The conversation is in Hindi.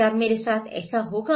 क्या मेरे साथ ऐसा होगा